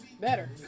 Better